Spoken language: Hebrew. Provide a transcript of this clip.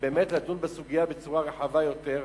ובאמת לדון בסוגיה בצורה רחבה יותר.